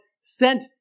sent